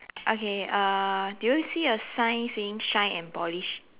okay uh do you see a sign saying shine and polish